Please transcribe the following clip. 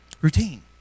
Routine